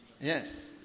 yes